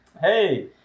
Hey